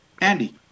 Andy